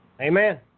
Amen